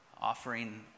offering